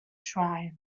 shrine